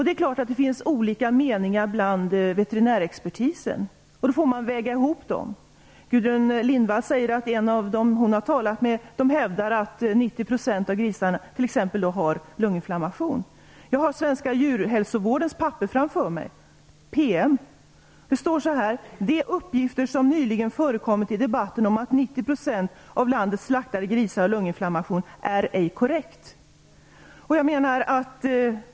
Det finns naturligtvis olika meningar inom veterinärexpertisen. Då får man väga ihop dem. Gudrun Lindvall säger att en av dem hon talat med hävdar att 90 % av grisarna har lunginflammation. Jag har Svenska djurhälsovårdens PM framför mig. Där står: Den uppgift som nyligen förekommit i debatten om att 90 % av landets slaktade grisar har lunginflammation är ej korrekt.